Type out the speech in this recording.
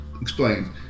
explain